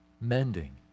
Mending